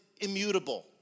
immutable